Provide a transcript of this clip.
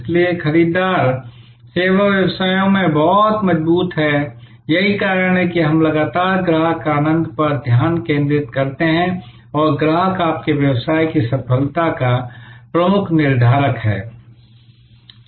इसलिए खरीदार सेवा व्यवसायों में बहुत मजबूत हैं यही कारण है कि हम लगातार ग्राहक आनंद पर ध्यान केंद्रित करते हैं और ग्राहक आपके व्यवसाय की सफलता का प्रमुख निर्धारक है